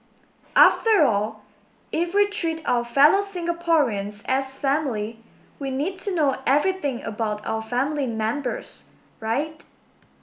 after all if we treat our fellow Singaporeans as family we need to know everything about our family members right